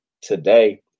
today